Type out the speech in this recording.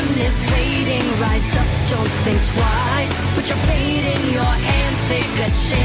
waiting rise up, don't think twice put your fate in your hands take